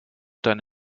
deine